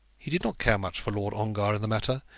he did not care much for lord ongar in the matter.